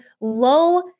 low